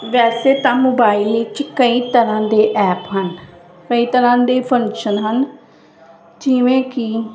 ਵੈਸੇ ਤਾਂ ਮੋਬਾਈਲ ਵਿੱਚ ਕਈ ਤਰ੍ਹਾਂ ਦੇ ਐਪ ਹਨ ਕਈ ਤਰ੍ਹਾਂ ਦੇ ਫੰਕਸ਼ਨ ਹਨ ਜਿਵੇਂ ਕਿ